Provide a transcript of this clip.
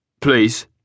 Please